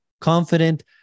confident